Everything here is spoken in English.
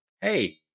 hey